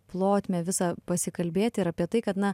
plotmę visa pasikalbėti ir apie tai kad na